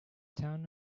town